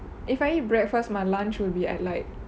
if I eat breakfast my lunch will be at like